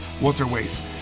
waterways